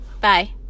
Bye